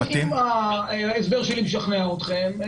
אם ההסבר שלי משכנע אתכם,